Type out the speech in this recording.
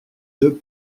deux